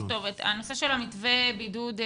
הנושא של מתווה הבידוד,